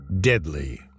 deadly